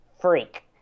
freak